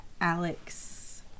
Alex